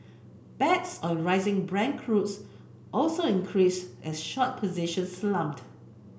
bets on rising Brent also increased as short position slumped